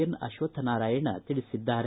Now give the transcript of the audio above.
N Ashwathnarayan ತಿಳಿಸಿದ್ದಾರೆ